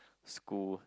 school